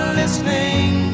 listening